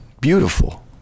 beautiful